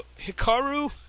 Hikaru